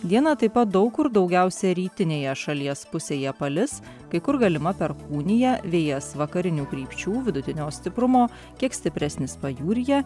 dieną taip pat daug kur daugiausiai rytinėje šalies pusėje palis kai kur galima perkūnija vėjas vakarinių krypčių vidutinio stiprumo kiek stipresnis pajūryje